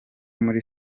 muri